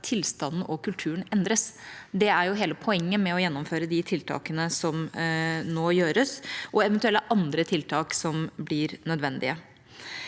tilstanden og kulturen endres. Det er jo hele poenget med å gjennomføre de tiltakene som nå gjøres, og eventuelle andre tiltak som blir nødvendige.